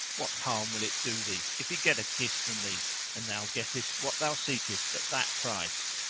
what harm will it do thee if he get a kiss from thee and thou gettest what thou seekest at that price?